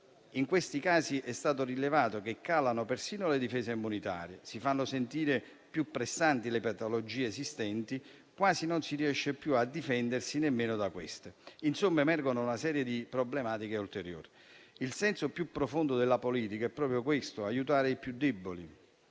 In questi casi è stato rilevato che calano persino le difese immunitarie, si fanno sentire più pressanti le patologie esistenti e quasi non si riesce più a difendersi nemmeno da queste. Insomma, emergono una serie di problematiche ulteriori. Il senso più profondo della politica è proprio questo: aiutare i più deboli,